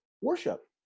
worship